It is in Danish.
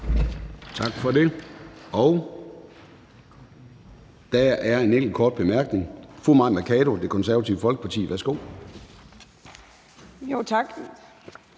Tak for det. Der er en enkelt kort bemærkning. Fru Mai Mercado, Det Konservative Folkeparti. Værsgo. Kl.